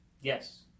Yes